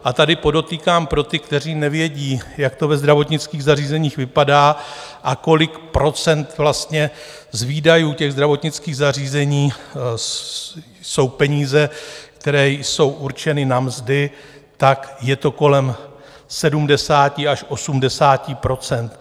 A tady podotýkám pro ty, kteří nevědí, jak to ve zdravotnických zařízeních vypadá a kolik procent vlastně z výdajů těch zdravotnických zařízení jsou peníze, které jsou určeny na mzdy, tak je to kolem 70 až 80 %.